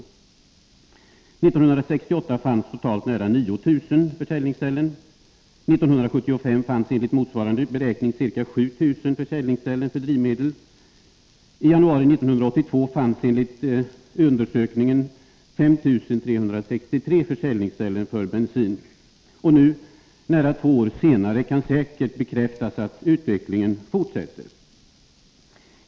1968 fanns totalt nära 9 000 försäljningsställen för drivmedel, och 1975 fanns, enligt motsvarande beräkning, ca 7 000. I januari 1982 fanns enligt undersökningen 5 363 försäljningsställen för bensin, och nu, nära två år senare, kan det säkert bekräftas att denna utveckling fortsätter.